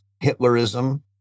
Hitlerism